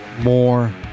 more